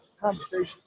conversation